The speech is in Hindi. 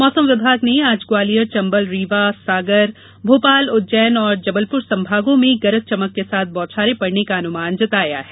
मौसम विभाग ने आज ग्वालियर चंबल रीवा सागर भोपाल उज्जैन और जबलपुर संभागों में गरज चमक के साथ बौछारे पड़ने क अनुमान जताया है